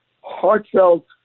heartfelt